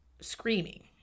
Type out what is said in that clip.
screaming